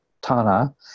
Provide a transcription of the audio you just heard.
Tana